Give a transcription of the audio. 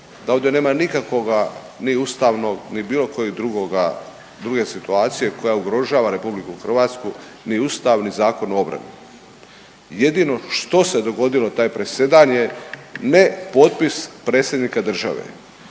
da ovdje nema nikakvoga ni ustavnog, ni bilo kojeg drugoga, druge situacije koja ugrožava Republiku Hrvatsku ni Ustav, ni Zakon o obrani. Jedino što se dogodilo taj presedan je ne potpis predsjednika države